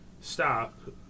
stop